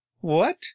What